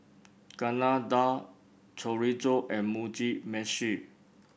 Chana Dal Chorizo and Mugi Meshi